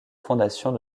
fondations